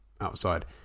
outside